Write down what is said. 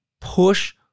push